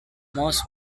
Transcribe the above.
most